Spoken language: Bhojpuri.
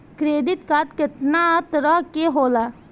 क्रेडिट कार्ड कितना तरह के होला?